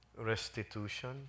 restitution